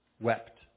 wept